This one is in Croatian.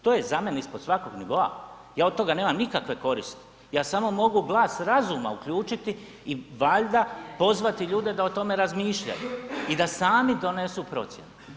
To je za mene ispod svakog nivoa, ja od toga nemam nikakve koristi, ja samo mogu glas razuma uključiti i valjda pozvati ljude da o tome razmišljaju i da sami donesu procjenu.